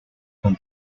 con